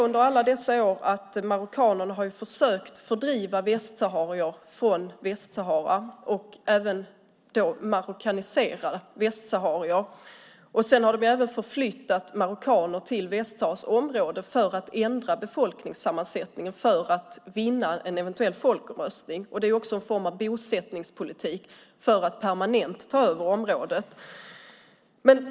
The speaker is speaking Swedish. Under alla dessa år har marockanerna försökt fördriva västsaharier från Västsahara och försökt marockanisera västsaharier. De har även förflyttat marockaner till Västsaharas område för att ändra befolkningssammansättningen och vinna en eventuell folkomröstning. Det är också en form av bosättningspolitik för att permanent ta över området.